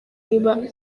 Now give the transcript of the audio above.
niba